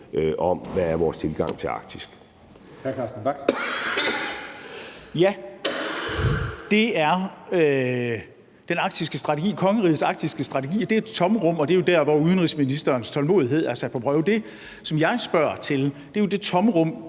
Hønge): Hr. Carsten Bach. Kl. 16:36 Carsten Bach (LA): Ja, kongerigets arktiske strategi er et tomrum, og det er jo der, hvor udenrigsministerens tålmodighed er sat på prøve. Det, som jeg spørger til, er det tomrum,